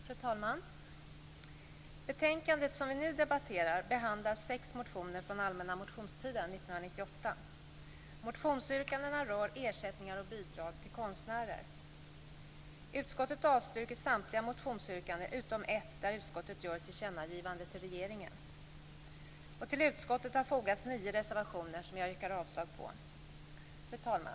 Fru talman! Betänkandet som vi nu debatterar behandlar sex motioner från allmänna motionstiden Utskottet avstyrker samtliga motionsyrkanden utom ett där utskottet gör ett tillkännagivande till regeringen. Till betänkandet har fogats nio reservationer, som jag yrkar avslag på. Fru talman!